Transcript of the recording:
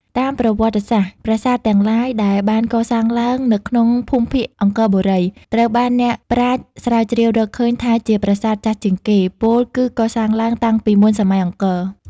តាមប្រវត្តិសាស្ត្រ ប្រាសាទទាំងឡាយដែលបានកសាងឡើងនៅក្នុងភូមិភាគអង្គរបូរី ត្រូវបានអ្នកប្រាជ្ញស្រាវជ្រាវរកឃើញថាជាប្រាសាទចាស់ជាងគេ ពោលគឺកសាងឡើងតាំងពីមុនសម័យអង្គរ។